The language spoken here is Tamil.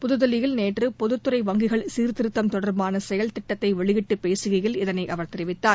புதுதில்லியில் நேற்று பொதுத்துறை வங்கிகள் சீர்த்திருத்தம் தொடர்பான செயல்திட்டத்தை வெளியிட்டு பேசுகையில் இதனை அவர் தெரிவித்தார்